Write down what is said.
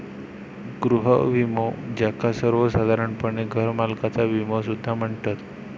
गृह विमो, ज्याका सर्वोसाधारणपणे घरमालकाचा विमो सुद्धा म्हणतत